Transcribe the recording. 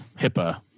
HIPAA